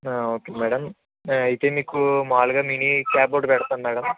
okay madam అయితే మీకు మాములుగా మినీ క్యాబ్ ఒకటి పెడతాం మ్యాడం